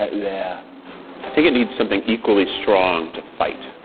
yeah think it needs something equally strong to fight,